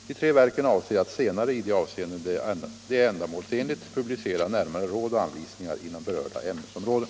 De tre verken avser att senare — i de avseenden det är ändamålsenligt — publicera närmare råd och anvisningar inom berörda ämnesområden.